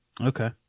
Okay